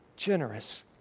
Generous